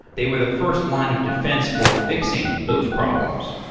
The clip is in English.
they were the first line of defense for fixing those problems.